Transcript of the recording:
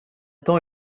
temps